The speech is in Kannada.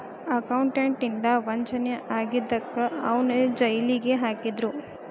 ಅಕೌಂಟೆಂಟ್ ಇಂದಾ ವಂಚನೆ ಆಗಿದಕ್ಕ ಅವನ್ನ್ ಜೈಲಿಗ್ ಹಾಕಿದ್ರು